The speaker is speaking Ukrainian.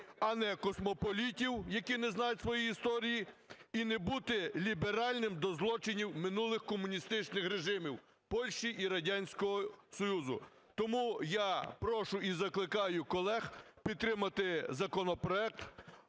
а не космополітів, які не знають своєї історії, і не бути ліберальним до злочинів минулих комуністичних режимів Польщі і Радянського Союзу. Тому я прошу і закликаю колег підтримати законопроект,